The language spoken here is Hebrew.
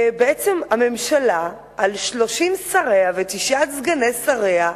בעצם הממשלה, על 30 שריה ותשעת סגני שריה,